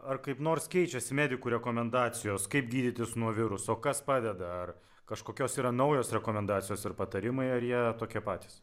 ar kaip nors keičiasi medikų rekomendacijos kaip gydytis nuo viruso kas padeda ar kažkokios yra naujos rekomendacijos ir patarimai ar jie tokie patys